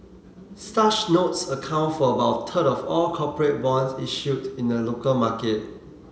such notes account for about third of all corporate bonds issued in the local market